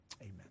amen